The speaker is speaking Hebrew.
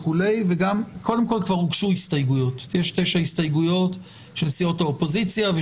כבר הוגשו תשע הסתייגויות של סיעות האופוזיציה.